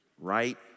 Right